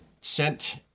sent